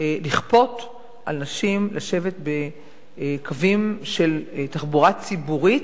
לכפות על נשים לשבת בקווים של תחבורה ציבורית,